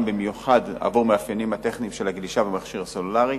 במיוחד למאפיינים הטכניים של הגלישה במכשיר הסלולרי.